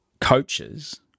coaches